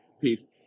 Peace